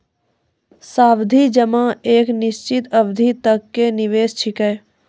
सावधि जमा एक निश्चित अवधि तक के निवेश छिकै